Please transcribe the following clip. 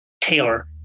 Taylor